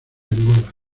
angola